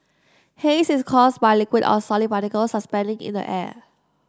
haze is caused by liquid or solid particles suspending in the air